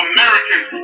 Americans